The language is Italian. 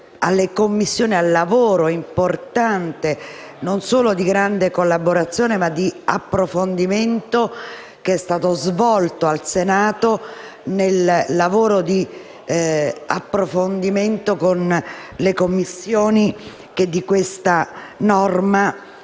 alle Commissioni e al lavoro importante, non solo di grande collaborazione, ma di approfondimento, che è stato svolto al Senato con le Commissioni che di questa norma